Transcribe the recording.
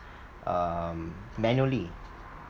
um manually